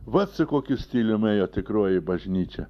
vat su kokiu stilium ėjo tikroji bažnyčia